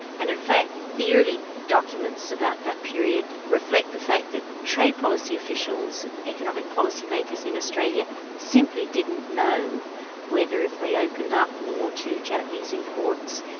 and in fact the early documents about that period reflect the fact that trade policy officials and and economic policymakers in australia simply didn't know whether if they opened up more to japanese imports,